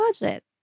budget